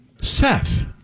Seth